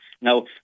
Now